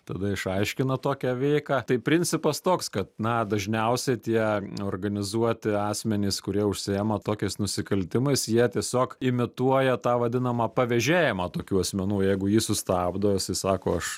tada išaiškina tokią veiką tai principas toks kad na dažniausiai tie organizuoti asmenys kurie užsiima tokiais nusikaltimais jie tiesiog imituoja tą vadinamą pavėžėjimą tokių asmenų jeigu jį sustabdo jisai sako aš